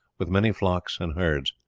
with many flocks and herds.